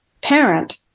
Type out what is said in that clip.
parent